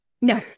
No